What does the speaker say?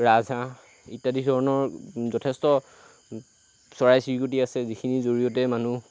ৰাজহাঁহ ইত্যাদি ধৰণৰ যথেষ্ট চৰাই চিৰিকটি আছে যিখিনিৰ জৰিয়তে মানুহ